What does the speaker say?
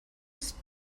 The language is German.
ist